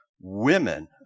women